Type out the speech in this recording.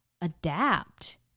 adapt